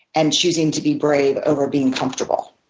and choosing to be brave over being comfortable.